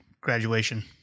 graduation